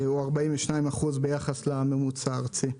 הוא 42% ביחס לממוצע הארצי.